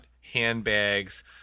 handbags